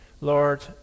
Lord